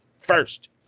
first